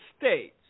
States